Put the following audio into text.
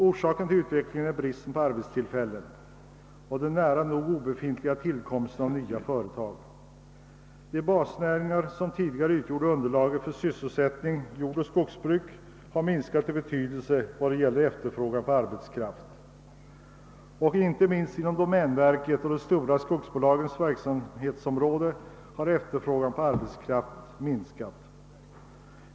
Orsaken till utvecklingen är bristen på arbetstillfällen och den nära nog obefintliga tillkomsten av nya företag. De basnäringar som tidigare utgjort underlaget för sysselsättning — jordoch skogsbruk — har minskat i betydelse. Inte minst inom domänverkets och de stora skogsbolagens verksamhets område har efterfrågan på arbetskraft avtagit.